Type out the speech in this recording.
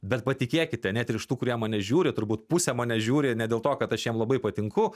bet patikėkite net ir iš tų kurie mane žiūri turbūt pusė mane žiūri ne dėl to kad aš jiem labai patinku